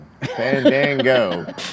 Fandango